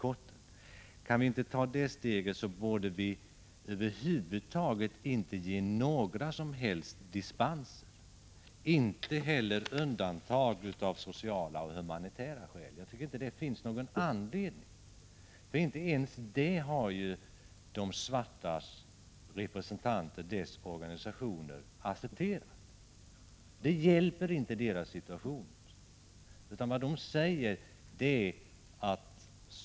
Kan vi 22 maj 1986 inte ta det steget, borde vi över huvud taget inte bevilja några dispenser, inte år la ä 5 Om indragning av heller undantag av sociala och humanitära skäl. Jag tycker inte att det finns Breg ; sf a dispenserna för någon anledning att bevilja sådana. De svartas organisationer och represenv dj i S Ra .+ Svenskaföretags tanter har ju inte accepterat ens dessa dispenser. Sådana hjälper dem inte i =” É a s 2 z ANS a investeringar deras situation.